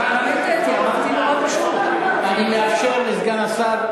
אני לא הטעיתי,